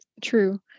true